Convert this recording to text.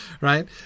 right